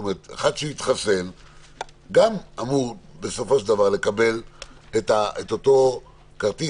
כשגם הם אמורים לקבל את אותו כרטיס